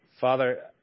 Father